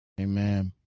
Amen